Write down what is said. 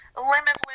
limitless